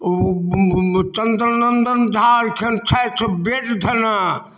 चन्द्रनन्दन झा अखन छथि बेड धेने